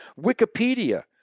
Wikipedia